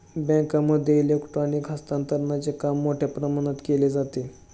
बँकांमध्ये इलेक्ट्रॉनिक हस्तांतरणचे काम मोठ्या प्रमाणात केले जाते